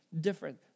different